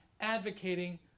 advocating